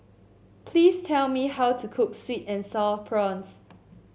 please tell me how to cook sweet and sour prawns